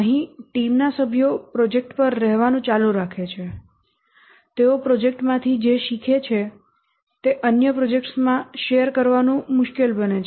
અહીં ટીમના સભ્યો પ્રોજેક્ટ પર રહેવાનું ચાલુ રાખે છે તેઓ પ્રોજેક્ટમાંથી જે શીખે છે તે અન્ય પ્રોજેક્ટ્સમાં શેર કરવાનું મુશ્કેલ બને છે